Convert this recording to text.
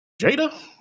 Jada